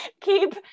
keep